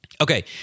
Okay